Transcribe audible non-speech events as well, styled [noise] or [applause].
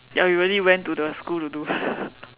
ya we really went to the school to do [breath]